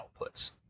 outputs